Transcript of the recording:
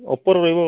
ଅପୋର ରହିବ